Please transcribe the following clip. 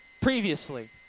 previously